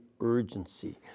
urgency